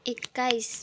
एक्काइस